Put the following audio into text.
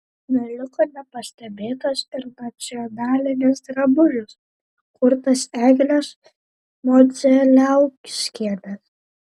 neliko nepastebėtas ir nacionalinis drabužis kurtas eglės modzeliauskienės